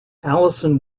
alison